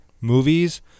movies